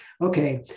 okay